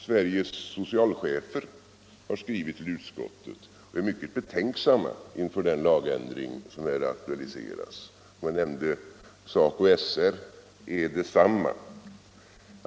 Sveriges socialchefer har skrivit till utskottet, och de är mycket betänksamma inför den lagändring som här aktualiseras. Detsamma är, som jag nämnt, fallet med SACO/SR.